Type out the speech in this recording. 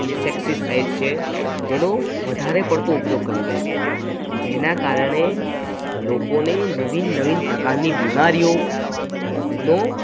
insecticides છે જેનો વધારે પડતો ઉપયોગ કરી રહ્યા છે જેના કારણે લોકોને નવીન નવીન પ્રકારની બીમારીઓનો